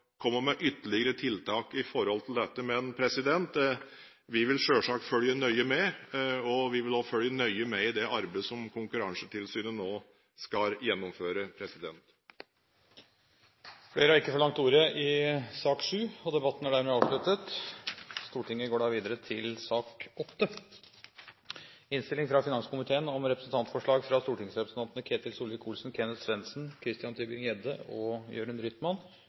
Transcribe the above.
komme med ytterligere tiltak for dette, men vi vil selvsagt følge nøye med. Vi vil også følge nøye med i det arbeidet som Konkurransetilsynet nå skal gjennomføre. Flere har ikke bedt om ordet til sak nr. 7. Etter ønske fra finanskomiteen vil presidenten foreslå at taletiden begrenses til 40 minutter og